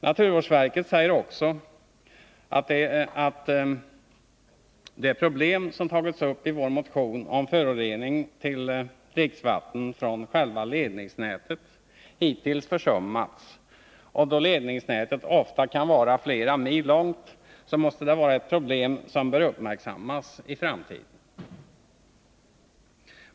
Naturvårdsverket säger också att det problem som tagits upp i vår motion om förorening av dricksvattnet från själva ledningsnätet hittills försummats, och då ledningsnätet ofta kan vara flera mil långt måste det vara ett problem som bör uppmärksammas i framtiden.